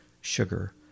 sugar